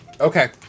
Okay